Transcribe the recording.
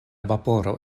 vaporo